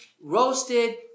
roasted